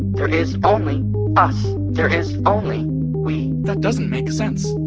there is only us. there is only we that doesn't make sense.